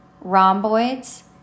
rhomboids